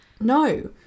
no